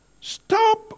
stop